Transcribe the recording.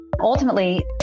Ultimately